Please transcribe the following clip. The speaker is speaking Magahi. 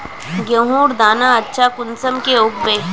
गेहूँर दाना अच्छा कुंसम के उगबे?